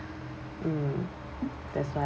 mm that's why